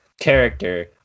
character